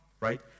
right